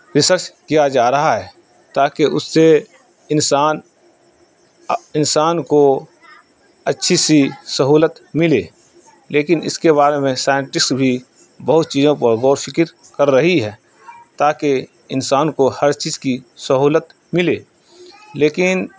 research کیا جا رہا ہے تاکہ اس سے انسان انسان کو اچھی سی سہولت ملے لیکن اس کے بارے میں سائنٹس بھی بہت چیزوں پر غور و فکر کر رہی ہے تاکہ انسان کو ہر چیز کی سہولت ملے لیکن